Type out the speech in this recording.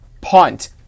punt